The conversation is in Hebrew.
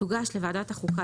(3)לא קיבלה ועדת החוקה